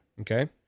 Okay